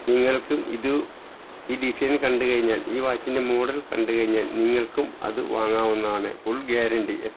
നിങ്ങൾക്കും ഇത് ഈ ഡിസൈൻ കണ്ടു കഴിഞ്ഞാൽ ഈ വാച്ചിൻ്റെ മോഡൽ കണ്ടു കഴിഞ്ഞാൽ നിങ്ങൾക്കും അത് വാങ്ങാവുന്നതാണ് ഫുൾ ഗ്യാരണ്ടി